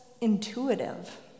intuitive